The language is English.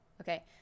Okay